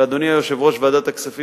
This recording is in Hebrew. ואדוני יושב-ראש ועדת הכספים,